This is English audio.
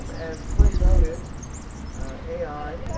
um as glenn noted ai,